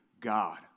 God